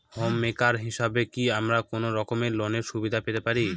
Home maker হিসেবে কি আমি কোনো রকম লোনের সুবিধা পেতে পারি?